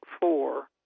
four